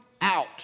out